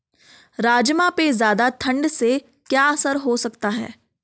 राजमा पे ज़्यादा ठण्ड से क्या असर हो सकता है?